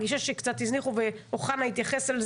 קצת הזניחו אותם,